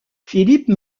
philippe